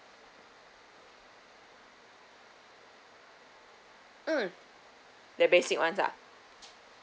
um the basic ones ah